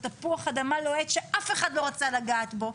זה תפוח אדמה לוהט שאף אחד לא רצה לגעת בו,